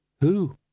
Who